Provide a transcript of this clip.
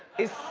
is,